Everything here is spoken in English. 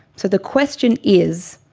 so the question is,